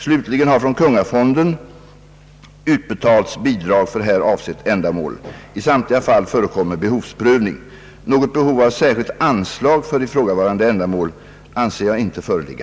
Slutligen har från kungafonden Med folket för fosterlandet utbetalts bidrag för här avsett ändamål. I samtliga fall förekommer behovsprövning. Något behov av särskilt anslag för ifrågavarande ändamål anser jag inte föreligga.